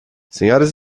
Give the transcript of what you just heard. senhoras